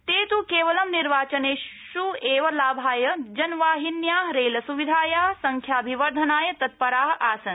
ते त् केवलं निर्वाचनेष्वेव लाभाय जनवाहिन्या रेलसुविधाया संख्याभिवर्धनाय तत्परा आसन्